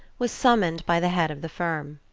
was summoned by the head of the firm.